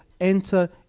enter